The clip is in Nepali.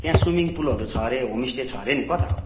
त्यहाँ स्विमिङ पुलहरू छ अरे होमस्टे छ अरे नि कता हो